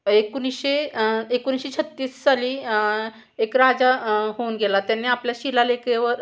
एकोणीशे एकोणीशे छत्तीस साली एक राजा होऊन गेला त्यांनी आपल्या शिलालेखावर